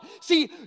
See